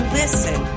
listen